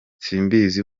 simbizi